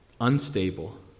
unstable